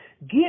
Get